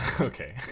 Okay